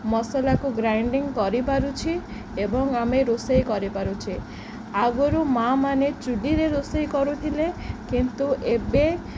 ମସଲାକୁ ଗ୍ରାଇଣ୍ଡିଙ୍ଗ କରିପାରୁଛି ଏବଂ ଆମେ ରୋଷେଇ କରିପାରୁଛେ ଆଗୁରୁ ମାଆ ମାନେ ଚୁଲିରେ ରୋଷେଇ କରୁଥିଲେ କିନ୍ତୁ ଏବେ